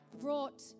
brought